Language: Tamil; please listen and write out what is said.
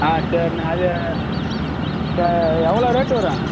ஆ சரிண்ணே அது எவ்வளோ ரேட் வரும்